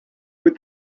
with